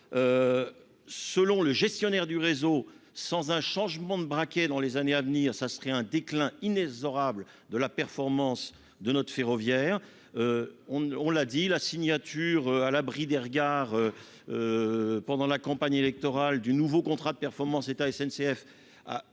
Selon le gestionnaire du réseau, sans un changement de braquet dans les années à venir, nous assisterons au déclin inexorable de la performance de notre ferroviaire. On l'a dit, la signature, à l'abri des regards, pendant la campagne électorale, du nouveau contrat de performance État-SNCF